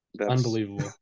Unbelievable